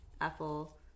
Apple